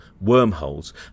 wormholes